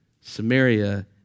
Samaria